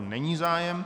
Není zájem.